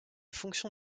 fonction